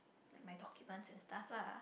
like my documents and stuff lah